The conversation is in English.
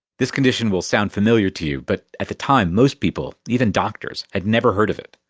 this condition will sound familiar to you, but at the time, most people, even doctors, had never heard of it.